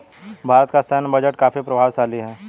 भारत का सैन्य बजट काफी प्रभावशाली है